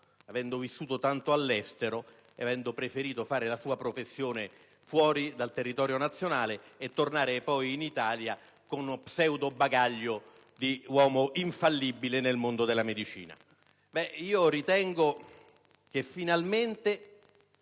avendo vissuto tanto all'estero e avendo preferito svolgere la sua professione fuori dal territorio nazionale tornando poi in Italia con uno pseudobagaglio di uomo infallibile nel mondo della medicina. Finalmente